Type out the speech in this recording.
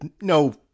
no